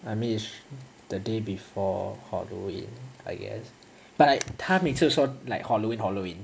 I mean it's the day before halloween I guess but like 他每次说 like halloween halloween